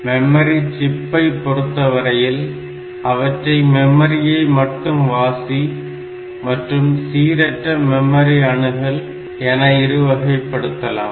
memory சிப்பை பொறுத்தவரையில் அவற்றை மெமரியை மட்டும் வாசி Read Only Memory மற்றும் சீரற்ற மெமரி அணுகல் Random Access Memory என இரு வகைப்படுத்தலாம்